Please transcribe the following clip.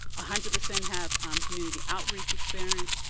ah hundred percent have community outreach experience.